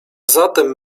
zatem